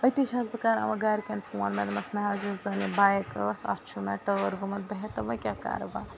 أتی چھیٚس بہٕ کَران وۄنۍ گھرکیٚن فون مےٚ دوٚپَمَس مےٚ حظ یۄس زَن یہِ بایِک ٲس اَتھ چھُ مےٚ ٹٲر گوٚمُت بہتھ تہٕ وۄنۍ کیٛاہ کَرٕ بہٕ